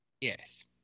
Yes